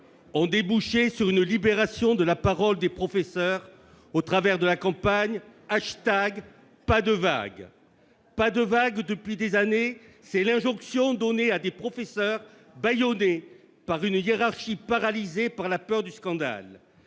ont débouché sur une libération de la parole des professeurs, au travers de la campagne #PasDeVague. « Pas de vague », depuis des années, c'est l'injonction adressée à des professeurs bâillonnés par une hiérarchie paralysée par la peur du scandale.